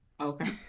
Okay